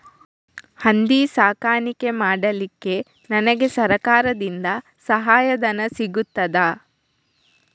ಹಂದಿ ಸಾಕಾಣಿಕೆ ಮಾಡಲಿಕ್ಕೆ ನನಗೆ ಸರಕಾರದಿಂದ ಸಹಾಯಧನ ಸಿಗುತ್ತದಾ?